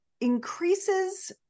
increases